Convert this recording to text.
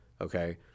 okay